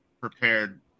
prepared